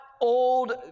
old